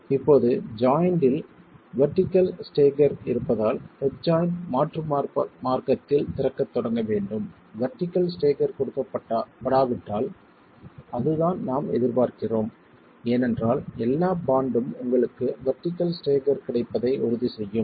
இப்போது ஜாய்ண்ட்டில் vertical stagger இருப்பதால் ஹெட் ஜாய்ண்ட் மாற்று மார்க்கத்தில் திறக்கத் தொடங்க வேண்டும் வெர்டிகள் ஸ்டேகர் கொடுக்கப்படாவிட்டால் அதுதான் நாம் எதிர்பார்க்கிறோம் ஏனென்றால் எல்லாப் பாண்ட்ம் உங்களுக்கு வெர்டிகள் ஸ்டேகர் கிடைப்பதை உறுதி செய்யும்